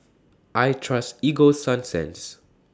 I Trust Ego Sunsense